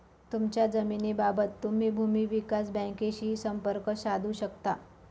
तुमच्या जमिनीबाबत तुम्ही भूमी विकास बँकेशीही संपर्क साधू शकता